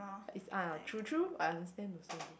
it's uh true true I understand also